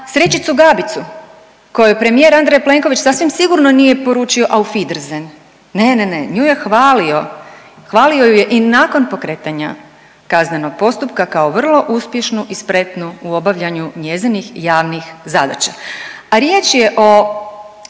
srećicu Gabicu kojoj premijer Andrej Plenković sasvim sigurno nije poručio auf wiedersehen. Ne, ne, ne, nju je hvalio, hvalio ju je i nakon pokretana kaznenog postupka kao vrlo uspješnu i spretnu u obavljanju njezinih javnih zadaća. A riječ je o